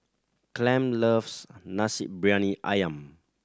Clem loves Nasi Briyani Ayam